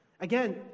Again